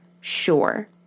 sure